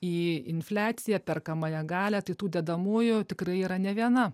į infliaciją perkamąją galią tai tų dedamųjų tikrai yra ne viena